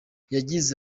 yagize